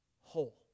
whole